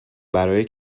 برای